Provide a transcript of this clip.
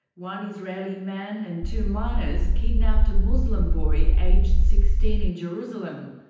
one israeli man and two minors kidnapped a muslim boy aged sixteen in jerusalem,